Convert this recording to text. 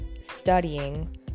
studying